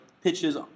pitches